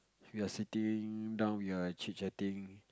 we are sitting down we are chit-chatting